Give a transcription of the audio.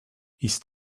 ist